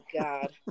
god